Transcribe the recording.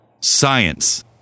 Science